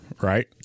right